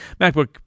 macbook